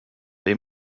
they